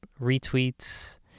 retweets